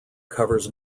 covers